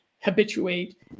habituate